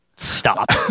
stop